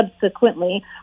subsequently